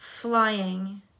Flying